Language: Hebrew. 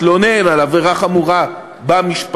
התלונן על עבירה חמורה במשפחה,